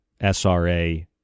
SRA